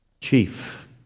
chief